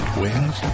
Wings